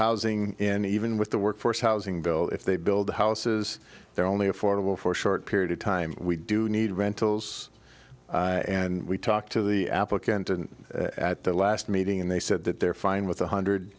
housing in even with the workforce housing bill if they build houses they're only affordable for a short period of time we do need rentals and we talked to the applicant and at the last meeting and they said that they're fine with one hundred